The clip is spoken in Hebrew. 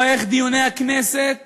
ורואה איך דיוני הכנסת